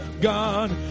God